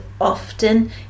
often